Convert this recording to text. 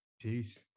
peace